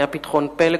היה פתחון פה לכולם,